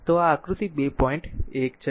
1 છે